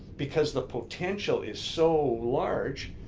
because the potential is so large,